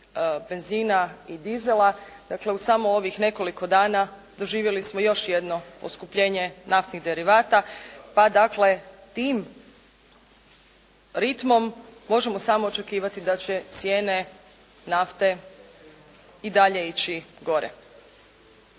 benzina i dizela. Dakle, u samo ovih nekoliko dana doživjeli smo još jedno poskupljenje naftnih derivata, pa dakle tim ritmom možemo samo očekivati da će cijene nafte i dalje ići gore.